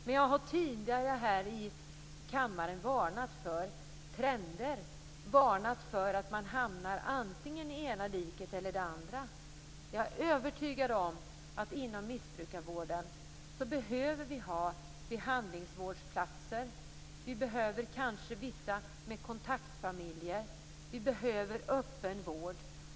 Men jag har tidigare här i kammaren varnat för trender och för att man hamnar i antingen det ena eller andra diket. Jag är övertygad om att vi inom missbrukarvården behöver ha behandlingsvårdplatser, vi behöver kanske kontaktfamiljer och vi behöver öppen vård.